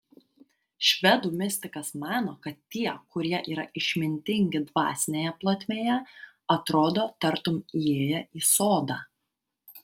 švedų mistikas mano kad tie kurie yra išmintingi dvasinėje plotmėje atrodo tartum įėję į sodą